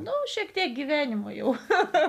na šiek tiek gyvenimą